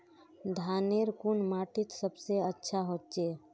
धानेर कुन माटित सबसे अच्छा होचे?